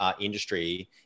industry